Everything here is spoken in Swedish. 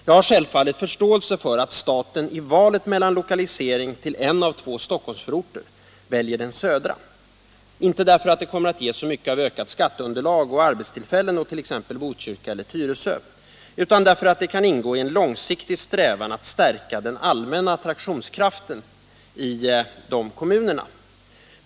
Jag har självfallet förståelse för att staten i valet mellan lokalisering i en av två Stockholmsförorter väljer den södra — inte därför att det kommer att ge så mycket av ökat skatteunderlag och ökade arbetstillfällen åt t.ex. Botkyrka eller Tyresö utan därför att det kan ingå i en långsiktig strävan att stärka den allmänna attraktionskraften hos de kommunerna.